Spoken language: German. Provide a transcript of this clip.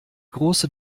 große